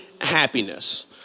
happiness